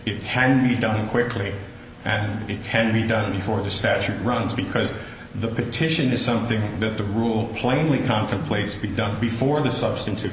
it can be done quickly and it can be done before the statute runs because the petition is something that the rule plainly contemplates to be done before the substantive